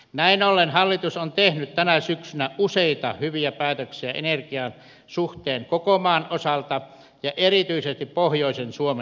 näin ollen hallitus on tehnyt tänä syksynä useita hyviä päätöksiä energian suhteen koko maan osalta ja erityisesti pohjoisen suomen osalta